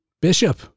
Bishop